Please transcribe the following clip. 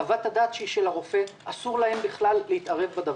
חוות הדעת היא של הרופא ואסור להם בכלל להתערב בה.